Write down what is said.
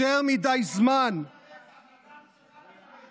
יותר מדי זמן, רק אמר שאתם חמושים, הוא הסית לרצח.